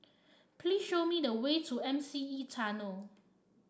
please show me the way to M C E Tunnel